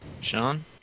Sean